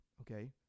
okay